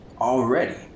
Already